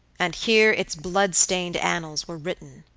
and here its bloodstained annals were written,